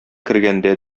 кергәндә